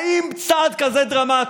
האם בצעד כזה דרמטי,